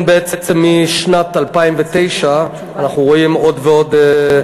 לכן משנת 2009 אנחנו רואים עוד ועוד